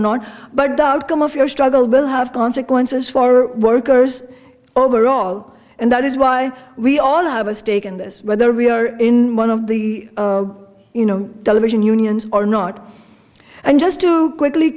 not but outcome of your struggle will have consequences for workers overall and that is why we all have a stake in this whether we are in one of the you know television unions or not and just to quickly